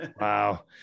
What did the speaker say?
Wow